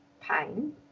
pain